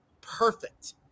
perfect